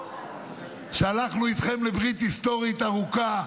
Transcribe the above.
שהלכנו איתכם לברית היסטורית ארוכה,